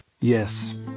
Yes